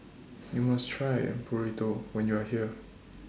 YOU must Try Burrito when YOU Are here